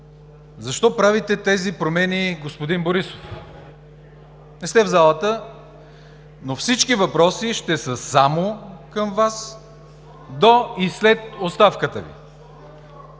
Защо правите тези промени, господин Борисов? Не сте в залата, но всички въпроси ще са само към Вас до и след оставката Ви.